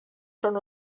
són